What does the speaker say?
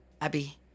Abby